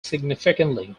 significantly